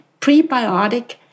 prebiotic